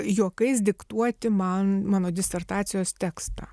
juokais diktuoti man mano disertacijos tekstą